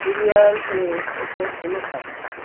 serial এর ওপর কোনো ছাড়